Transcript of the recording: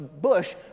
bush